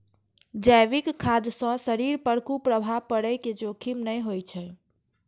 जैविक खाद्य सं शरीर पर कुप्रभाव पड़ै के जोखिम नै होइ छै